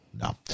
no